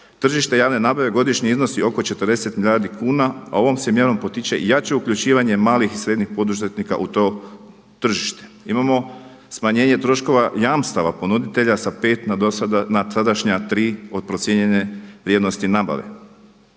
Tržište javne nabave godišnje iznosi oko 40 milijardi kuna. Ovom se mjerom potiče jače uključivanje malih i srednjih poduzetnika u to tržište. Imamo smanjenje troškova jamstava ponuditelja sa 5 na tadašnja 3 od procijenjene vrijednosti nabave.